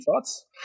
thoughts